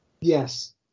Yes